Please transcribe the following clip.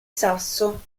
sasso